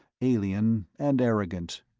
alien and arrogant.